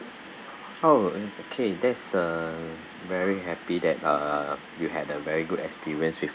oh okay that's a very happy that uh you had a very good experience with